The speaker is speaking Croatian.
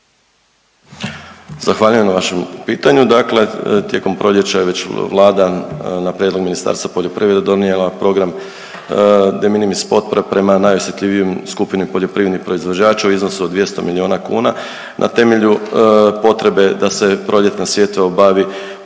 Zahvaljujem na vašem pitanju. Dakle tijekom proljeća je već vlada na prijedlog Ministarstva poljoprivrede donijela program de minimis potpore prema najosjetljivijoj skupini poljoprivrednih proizvođača u iznosu od 200 milijuna kuna na temelju potrebe da proljetna sjetva obavi